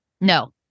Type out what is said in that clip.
No